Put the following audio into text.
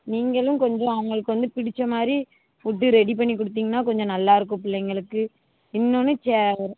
நீங்களும் கொஞ்சம் அவங்களுக்கு வந்து பிடித்த மாதிரி ஃபுட்டு ரெடி பண்ணி கொடுத்தீங்கன்னா கொஞ்சம் நல்லா இருக்கும் பிள்ளைங்களுக்கு இன்னோன்று சே